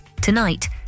Tonight